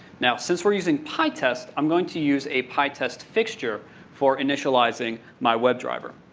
now, since we're using pytest, i'm going to use a pytest fixture for initializing my webdriver.